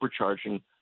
supercharging